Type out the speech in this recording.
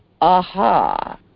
aha